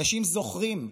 אנשים זוכרים.